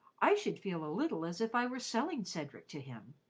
i should feel a little as if i were selling cedric to him.